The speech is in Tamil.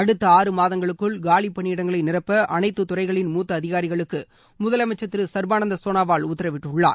அடுத்த ஆறு மாதங்களுக்குள் காலி பணியிடங்களை நிரப்ப அனைத்து துறைகளின் மூத்த அதிகாரிகளுக்கு முதலமைச்சர் திரு சர்பானந்த சோனோவால் உத்தரவிட்டுள்ளார்